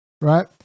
Right